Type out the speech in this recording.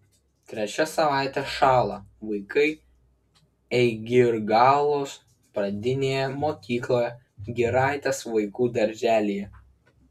trečia savaitė šąla vaikai eigirgalos pradinėje mokykloje giraitės vaikų darželyje